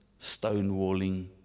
stonewalling